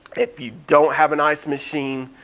if you don't have an ice machine